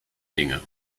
dinge